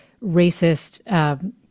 racist